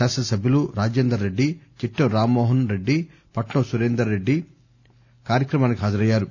శాసనసభ్యులు రాజేంద్రరెడ్డి చిట్టెం రామ్మోహస్ రెడ్డి పట్నం నరేందర్ రెడ్డి ఈ కార్యక్రమానికి హాజరయ్యారు